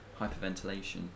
hyperventilation